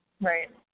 Right